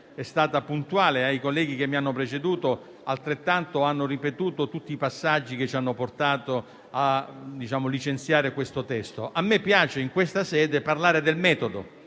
è stata puntuale e i colleghi che mi hanno preceduto hanno ripetuto tutti i passaggi che ci hanno portato a licenziare questo testo. A me piace, in questa sede, parlare del metodo,